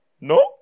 No